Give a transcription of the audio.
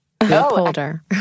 upholder